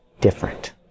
different